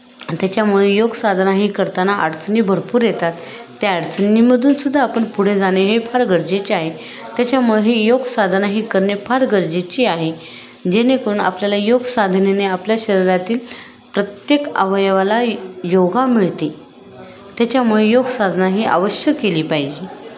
आणि त्याच्यामुळे योगसाधना हे करताना अडचणी भरपूर येतात त्या अडचणीमधून सुद्धा आपण पुढे जाणे हे फार गरजेचे आहे त्याच्यामुळं हे योगसाधना हे करणे फार गरजेचे आहे जेणेकरून आपल्याला योग साधनेने आपल्या शरीरातील प्रत्येक अवयवाला योगा मिळते त्याच्यामुळे योगसाधना ही अवश्य केली पाहिजे